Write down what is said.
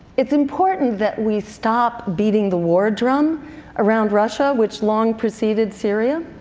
it's important that we stop beating the war drum around russia, which long proceeded syria.